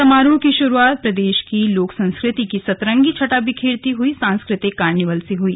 समारोह की शुरुआत प्रदेश की लोक संस्कृति की सतरंगी छटा बिखेरती हुई सांस्कृ तिक कार्निवल से हुई